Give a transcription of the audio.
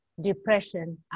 depression